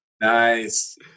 Nice